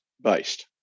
based